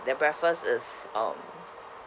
their breakfast is um